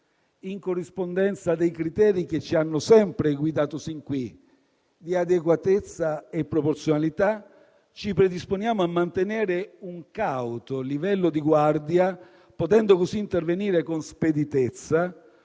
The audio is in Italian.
in corrispondenza dei criteri che ci hanno sempre guidato sin qui di adeguatezza e proporzionalità, ci predisponiamo a mantenere un cauto livello di guardia, potendo così intervenire con speditezza